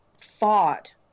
fought